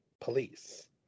police